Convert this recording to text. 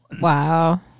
Wow